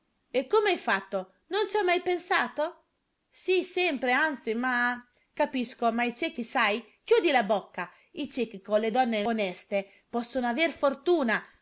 e come hai fatto non ci hai mai pensato sì sempre anzi ma capisco ma i ciechi sai chiudi la bocca i ciechi con le donne oneste possono aver fortuna